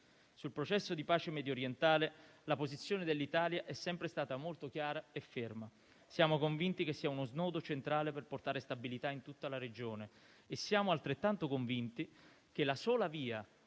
Sul processo di pace mediorientale la posizione dell'Italia è sempre stata molto chiara e ferma: siamo convinti che sia uno snodo centrale per portare stabilità in tutta la Regione, e siamo altrettanto convinti che la sola via